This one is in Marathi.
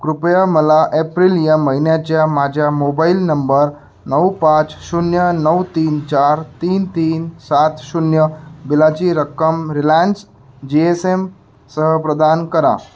कृपया मला एप्रिल या महिन्याच्या माझ्या मोबाईल नंबर नऊ पाच शून्य नऊ तीन चार तीन तीन सात शून्य बिलाची रक्कम रिलायन्स जी एस एमसह प्रदान करा